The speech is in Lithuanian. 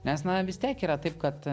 nes na vis tiek yra taip kad